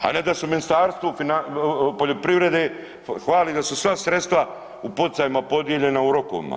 A ne sa se u Ministarstvu poljoprivrede hvale da su sva sredstva u poticajima podijeljena u rokovima.